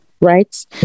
right